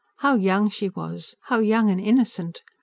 how young she was. how young and innocent!